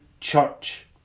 church